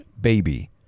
baby